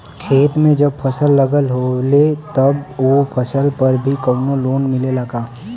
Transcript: खेत में जब फसल लगल होले तब ओ फसल पर भी कौनो लोन मिलेला का?